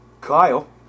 Kyle